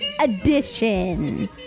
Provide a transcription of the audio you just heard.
edition